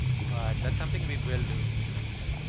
but that's something we will do eventually.